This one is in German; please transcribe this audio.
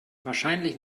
wahrscheinlich